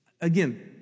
Again